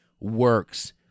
works